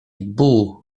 bół